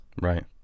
Right